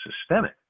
systemic